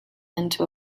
into